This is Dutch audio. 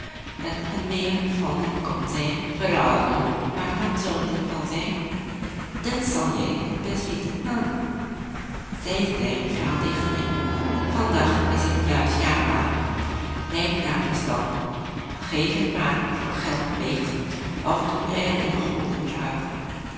dat hun meer van nut kon zijn verruilden maar wat zou dit wel zijn dat zal jij het best weten man zei zijn vrouw tegen hem vandaag is het juist jaarmarkt rijd naar de stad geef het paard voor geld weg of doe er een goeden